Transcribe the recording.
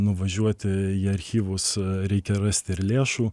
nuvažiuoti į archyvus reikia rasti ir lėšų